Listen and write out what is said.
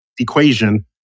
equation